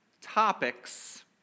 topics